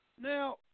Now